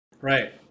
Right